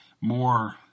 more